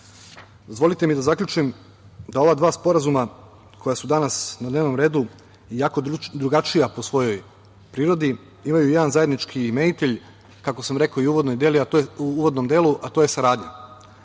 mi da zaključim da ova dva sporazuma koja su danas na dnevnom redu, iako drugačija po svojoj prirodi, imaju jedan zajednički imenitelj, kako sam rekao i uvodnom delu, a to je saradnja.